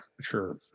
sure